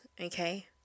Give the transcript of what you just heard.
okay